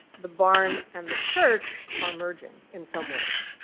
the barn and the church are merging, in some ways.